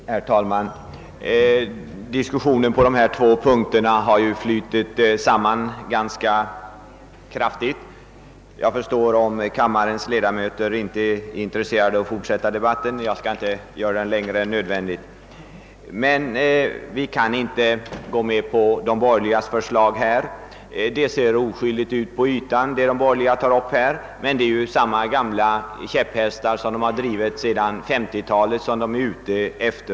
Herr talman! Diskussionen på de två punkter vi här behandlar har flutit samman ganska mycket, och jag har förståelse för om kammarens ledamöter nu inte är intresserade av att fortsätta debatten. Jag skall därför inte förlänga den mer än nödvändigt. Vi kan inte gå med på de borgerligas förslag. Det som de borgerliga föreslagit ser oskyldigt ut på ytan men är samma gamla käpphästar som de kört med sedan 1950-talet.